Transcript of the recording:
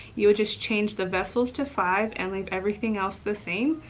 you would just change the vessels to five and leave everything else the same.